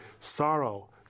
sorrow